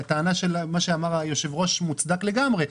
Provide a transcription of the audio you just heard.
הטענה של מה שאמר היושב-ראש מוצדק לגמרי.